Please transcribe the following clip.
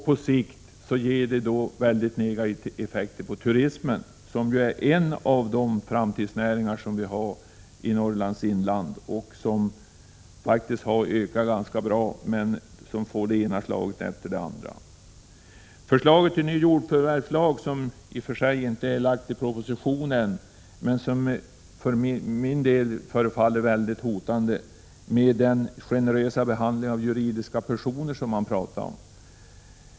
På sikt ger detta negativa effekter på turismen, som ju är en av de framtidsnäringar vi har i Norrlands inland och som faktiskt har ökat ganska bra men som får ta emot det ena slaget efter det andra. Förslaget till ny jordförvärvslag, som i och för sig inte finns i proposition än, förefaller för mig hotande, med tanke på den generösa behandling av juridiska personer som det har talats om.